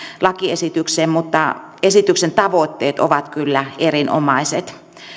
lakiesitykseen mutta esityksen tavoitteet ovat kyllä erinomaiset